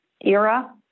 era